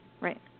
right